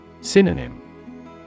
Synonym